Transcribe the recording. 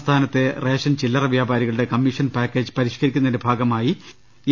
സംസ്ഥാനത്തെ റേഷൻ ചില്ലറ വ്യാപാരികളുടെ കമ്മിഷൻ പാക്കേജ് പരിഷ്കരിക്കുന്നതിന്റെ ഭാഗമായി എ